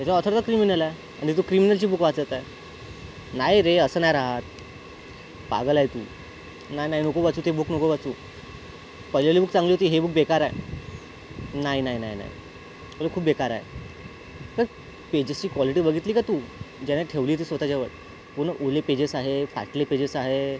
त्याचा ऑथर तर क्रिमिनल आहे आणि तू क्रिमिनलची बुक वाचत आहे नाही रे असं नाही राहात पागल आहे तू नाही नाही नको वाचू ते बुक नको वाचू पहिलीवाली बुक चांगली होती हे बुक बेकार आहे नाही नाही नाही नाही अरे खूप बेकार आहे चल पेजेसची क्वॉलिटी बघितली का तू ज्याने ठेवली ते स्वतःच्यावर पूर्ण ओले पेजेस आहे फाटले पेजेस आहे